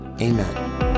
Amen